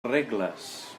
regles